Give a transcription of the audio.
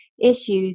issues